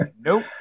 nope